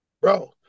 Bro